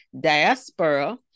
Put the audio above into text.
diaspora